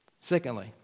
Secondly